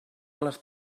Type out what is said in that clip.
les